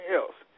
else